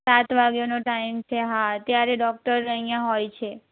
સાત વાગ્યાનો ટાઇમ છે હા ત્યારે ડોક્ટર અહીંયાં હોય છે